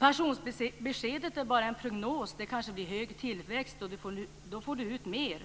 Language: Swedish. "Pensionsbeskedet är bara en prognos, det kanske blir hög tillväxt och då får du ut mer."